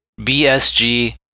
bsg